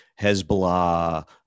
Hezbollah